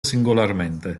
singolarmente